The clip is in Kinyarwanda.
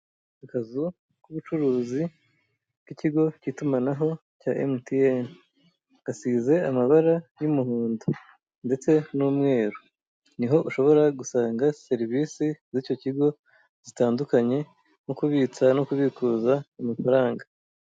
Akazu k'ubucuruzi k'ikigo k'itumanaho cya Mtn. Gasize amabara y'umuhondo ndetse n'umweru niho ushobora gusanga serivise muri icyo kigo zitandukanye nko kubitsa no kubikuza amafaranga.